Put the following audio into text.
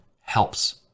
helps